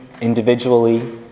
individually